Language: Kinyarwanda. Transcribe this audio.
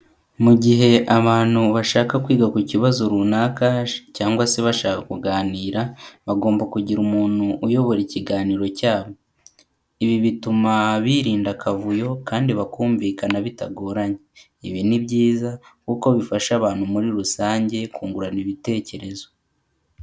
Mu gihe abantu bashaka kwiga ku kibazo runaka cyangwa se bashaka kuganira, bagomba kugira umuntu uyobora ikiganiro cyabo, ibi bituma birinda akavuyo kandi bakumvikana bitagoranye, ibi ni byiza kuko bifasha abantu muri rusange kungurana ibitekerezo.